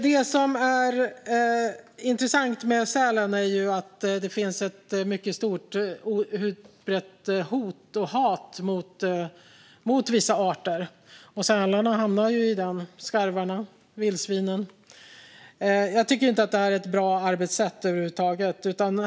Det som är intressant med sälen är att det finns ett mycket stort utbrett hot och hat mot vissa arter. Sälarna, skarvarna och vildsvinen hamnar bland dem. Jag tycker inte att det är ett bra arbetssätt över huvud taget.